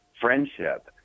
friendship